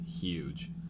huge